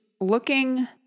looking